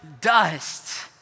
dust